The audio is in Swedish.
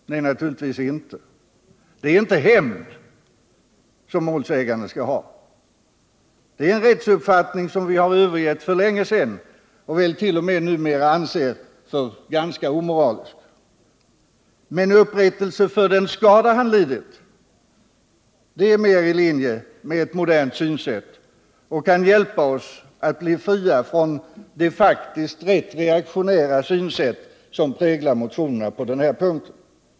Nej, naturligtvis inte. Det är inte hämnd som målsäganden skall ha. Det är en rättsuppfattning som vi har övergivit för länge sedan och väl numera t.o.m. anser vara ganska omoralisk. Men att ge ersättning för den skada som målsäganden har lidit är mer i linje med ett modernt synsätt och kan hjälpa oss att bli fria från det faktiskt rätt reaktionära synsätt som präglar motionerna på denna punkt.